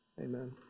Amen